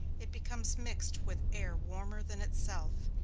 it becomes mixed with air warmer than itself,